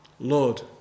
Lord